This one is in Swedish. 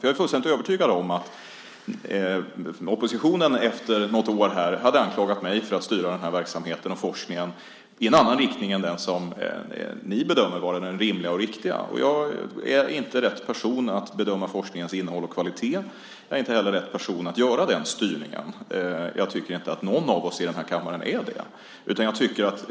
Jag är fullständigt övertygad om att oppositionen efter något år hade anklagat mig för att styra den här verksamheten och forskningen i en annan riktning än den som ni bedömer vara den rimliga och riktiga. Jag är inte rätt person att bedöma forskningens innehåll och kvalitet. Jag är inte heller rätt person att göra den styrningen. Jag tycker inte att någon av oss i den här kammaren är det.